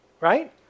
Right